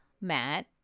Matt